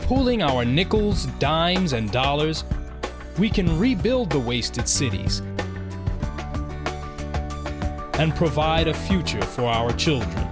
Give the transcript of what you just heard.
pooling our nickels and dimes and dollars we can rebuild the waste savings and provide a future for our children